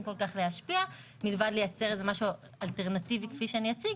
להשפיע מלבד לייצר משהו אלטרנטיבי שמייד אציג,